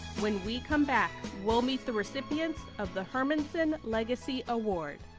when we come back we'll meet the recipients of the hermansen legacy award.